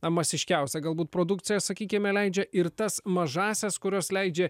na masiškiausią galbūt produkciją sakykime leidžia ir tas mažąsias kurios leidžia